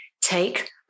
take